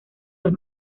los